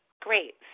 Great